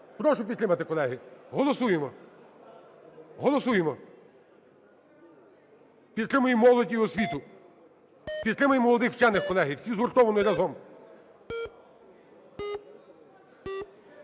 Прошу підтримати, колеги. Голосуємо. Голосуємо. Підтримаємо молодь і освіту. Підтримаємо молодих вчених, колеги, всі згуртовано і разом.